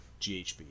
GHB